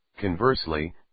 Conversely